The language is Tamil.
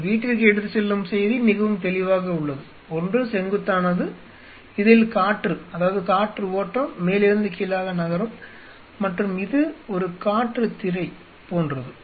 நீங்கள் வீட்டிற்கு எடுத்துச் செல்லும் செய்தி மிகவும் தெளிவாக உள்ளது ஒன்று செங்குத்தானது இதில் காற்று அதாவது காற்று ஓட்டம் மேலிருந்து கீழாக நகரும் மற்றும் இது ஒரு காற்று திரை போன்றது